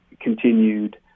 continued